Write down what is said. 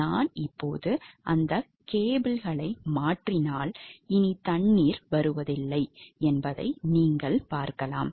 நான் இப்போது அந்த கேபிள்களை மாற்றினால் இனி தண்ணீர் வருவதில்லை என்பதை நீங்கள் பார்க்கலாம்